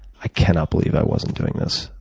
i cannot believe i wasn't doing this.